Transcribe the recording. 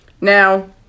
now